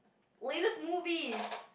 latest movies